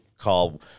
call